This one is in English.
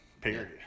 period